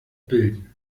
bilden